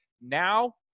Now